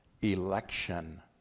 election